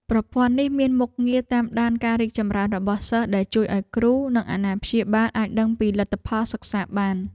ប្រព័ន្ធនេះមានមុខងារតាមដានការរីកចម្រើនរបស់សិស្សដែលជួយឱ្យគ្រូ និងអាណាព្យាបាលអាចដឹងពីលទ្ធផលសិក្សាបាន។